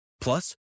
Plus